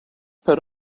per